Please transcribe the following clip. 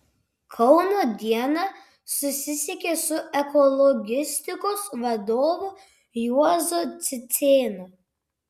kauno diena susisiekė su ekologistikos vadovu juozu cicėnu